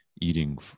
eating